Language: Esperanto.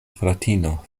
fratino